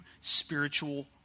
spiritual